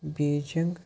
Beijing